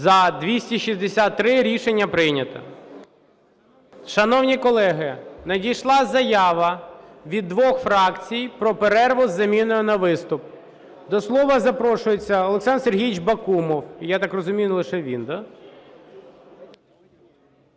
За-263 Рішення прийнято. Шановні колеги, надійшла заява від двох фракцій про перерву з заміною на виступ. До слова запрошується Олександр Сергійович Бакумов. І я так розумію, не лише він, да?